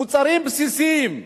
מוצרים בסיסיים.